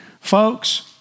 Folks